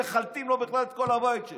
ומחלטים לו בכלל את כל הבית שלו?